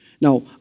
Now